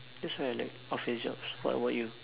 that's why I like office jobs what about you